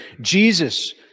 Jesus